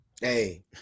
Hey